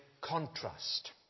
contrast